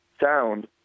sound